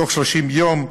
תוך 30 יום,